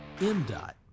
MDOT